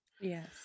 yes